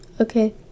Okay